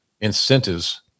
incentives